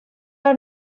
are